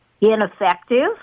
Ineffective